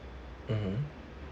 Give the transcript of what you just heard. mmhmm